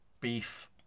Beef